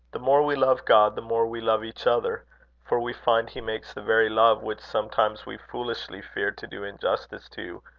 the more we love god, the more we love each other for we find he makes the very love which sometimes we foolishly fear to do injustice to,